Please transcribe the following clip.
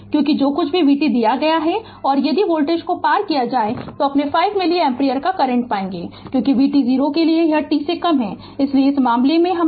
क्योंकि जो कुछ भी vt दिया जाता है और यदि वोल्टेज पार हो जाता है तो अपने 5 मिली एम्पीयर का करंट पाएं क्योंकि vt 0 के लिए t से कम है इसलिए इस मामले में आपका i t 0 0 है